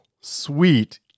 sweet